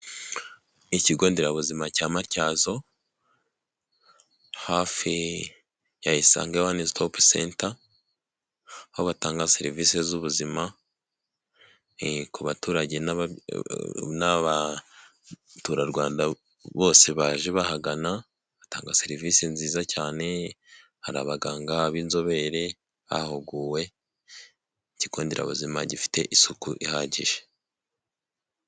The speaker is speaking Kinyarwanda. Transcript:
Ikigo nderabuzima cya Matyazo hafi ya Isange Wani Stopu Senta aho batanga serivisi z'ubuzima ku baturage n'abaturarwanda bose baje bahagana batanga serivisi nziza cyane hari abaganga b'inzobere bahuguwe, ikigo nderabuzima gifite isuku ihagije.